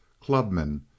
clubmen